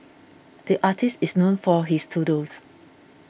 the artist is known for his doodles